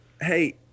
Hey